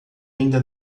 ainda